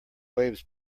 waves